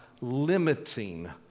limiting